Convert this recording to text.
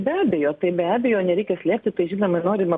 be abejo tai be abejo nereikia slėpti tai žinoma norima